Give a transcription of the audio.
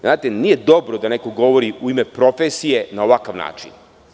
Znate, nije dobro da neko govori u ime profesije na ovakav način.